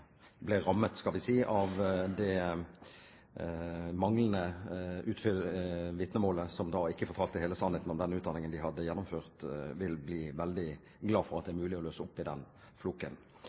ble rammet av – skal vi si det manglende vitnemålet som ikke fortalte hele sannheten om den utdanningen de hadde gjennomført, vil bli veldig glad for at det er mulig å løse opp i den floken.